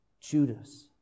Judas